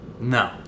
No